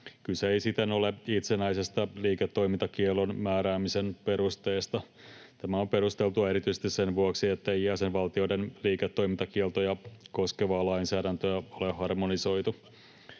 Kyse ei siten ole itsenäisestä liiketoimintakiellon määräämisen perusteesta. Tämä on perusteltua erityisesti sen vuoksi, ettei jäsenvaltioiden liiketoimintakieltoja koskevaa lainsäädäntöä ole harmonisoitu.